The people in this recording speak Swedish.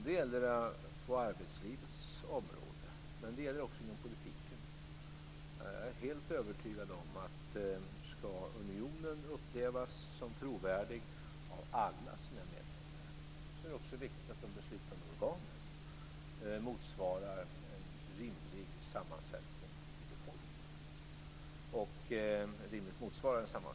Det gläder mig mycket att den nu är uppe på dagordningen och att statsministern driver den så hårt. Det är viktigt att EU berör alla människor, både män och kvinnor.